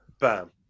Bam